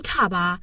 Taba